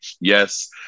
Yes